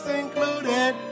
included